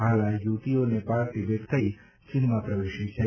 હાલ આ યુવતીઓ નેપાળ તિબેટ થઇ ચીનમાં પ્રવેશી છે